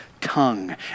tongue